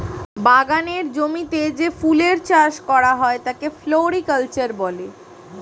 বাগানের জমিতে যে ফুলের চাষ করা হয় তাকে ফ্লোরিকালচার বলে